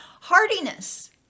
hardiness